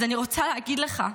אז אני רוצה להגיד לך,